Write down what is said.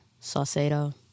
Saucedo